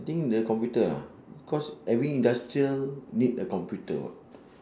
I think the computer ah cause every industrial need a computer [what]